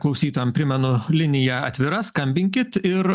klausytojam primenu linija atvira skambinkit ir